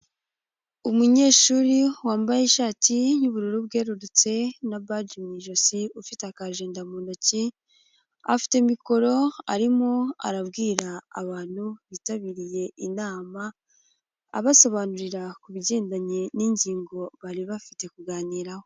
Umunyeshuri wambaye ishati y'ubururu bwerurutse na baji mu ijosi, ufite akajedamu ntoki, afite mikoro arimo arabwira abantu bitabiriye inama, abasobanurira ku bigendanye n'ingingo bari bafite kuganiraho.